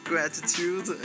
Gratitude